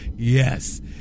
Yes